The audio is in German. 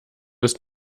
ist